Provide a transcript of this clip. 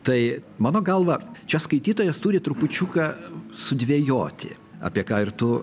tai mano galva čia skaitytojas turi trupučiuką sudvejoti apie ką ir tu